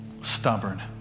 stubborn